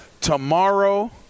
Tomorrow